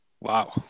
Wow